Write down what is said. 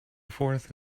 forth